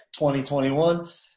2021